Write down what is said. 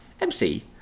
MC